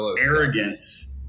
arrogance